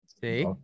see